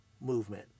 movement